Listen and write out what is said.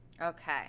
Okay